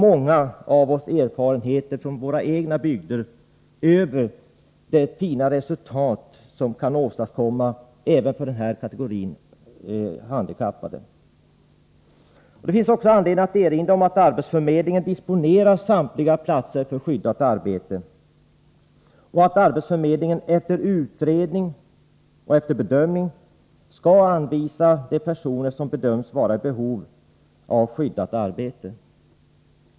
Många av oss har erfarenheter från våra egna bygder av de fina resultat som kan åstadkommas även för denna kategori handikappade. Det finns också anledning att erinra om att arbetsförmedlingen disponerar samtliga platser för skyddat arbete och att arbetsförmedlingen, efter utredning och bedömning, skall anvisa de personer som bedöms vara i behov av skyddat arbete.